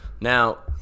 now